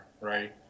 right